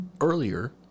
earlier